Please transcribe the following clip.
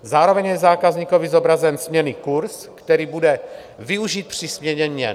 Zároveň je zákazníkovi zobrazen směnný kurz, který bude využit při směně měn.